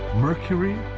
mercury,